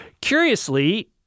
Curiously